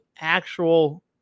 actual